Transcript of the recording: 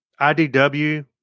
IDW